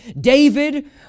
David